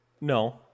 No